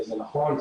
זה נכון,